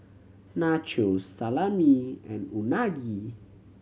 Nachos Salami and Unagi